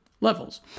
levels